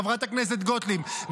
חברת הכנסת גוטליב,